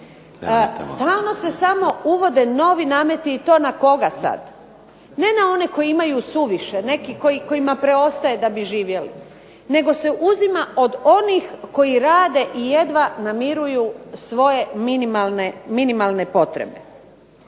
Stalno se samo uvode novi nameti i to na koga sad? Ne na one koji imaju suviše, neki kojima preostaje da bi živjeli nego se uzima od onih koji rade i jedva namiruju svoje minimalne potrebe.